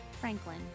Franklin